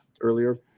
earlier